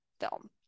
film